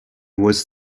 was